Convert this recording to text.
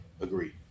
agreed